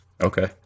Okay